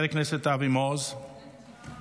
חבר הכנסת אבי מעוז, איננו,